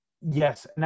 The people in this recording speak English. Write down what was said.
yes